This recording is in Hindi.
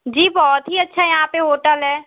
जी बहुत ही अच्छा यहाँ पर होटल है